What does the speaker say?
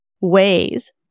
ways